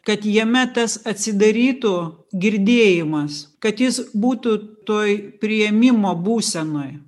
kad jame tas atsidarytų girdėjimas kad jis būtų toj priėmimo būsenoj